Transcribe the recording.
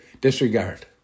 disregard